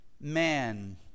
man